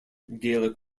gaelic